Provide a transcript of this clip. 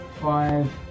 five